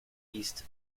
east